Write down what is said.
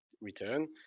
return